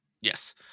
Yes